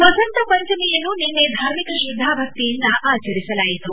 ವಸಂತ ಪಂಚಮಿಯನ್ನು ನಿನ್ನೆ ಧಾರ್ಮಿಕ ತ್ರದ್ದಾಭಕ್ತಿಯಿಂದ ಆಚರಿಸಲಾಯಿತು